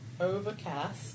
Overcast